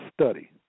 study